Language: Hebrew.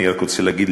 אני רק רוצה להגיד,